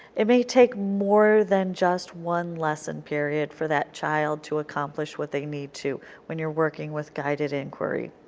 it may take more than just one lesson period for that child to accomplish what they need to when you are working with guided inquiry.